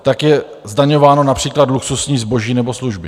Tak je zdaňováno například luxusní zboží nebo služby.